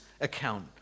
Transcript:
account